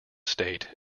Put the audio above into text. state